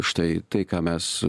štai tai ką mes